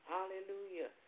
Hallelujah